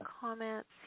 comments